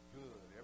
good